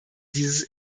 dieses